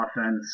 offense